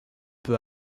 peu